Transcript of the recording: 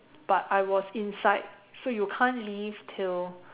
but I was inside so you can't leave till